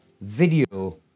video